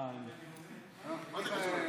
אה, הינה.